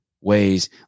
ways